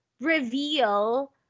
reveal